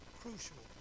crucial